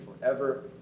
forever